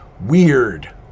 Weird